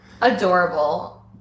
Adorable